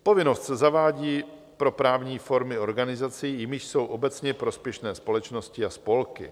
Povinnost se zavádí pro právní formy organizací, jimiž jsou obecně prospěšné společnosti a spolky.